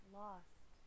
lost